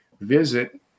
visit